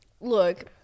Look